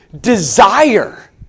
desire